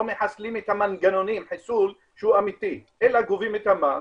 לא מחסלים את המנגנונים חיסול שהוא אמיתי אלא גובים את המס.